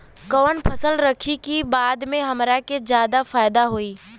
कवन फसल रखी कि बाद में हमरा के ज्यादा फायदा होयी?